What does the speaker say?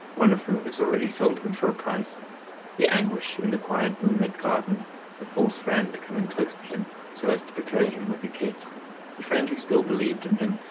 one of whom has already sold him for a price the anguish in the quiet moon-lit garden the false friend coming close to him so as to betray him with a kiss the friend who still believed in him,